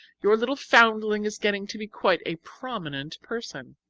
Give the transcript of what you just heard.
your little foundling is getting to be quite a prominent person!